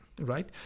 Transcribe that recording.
right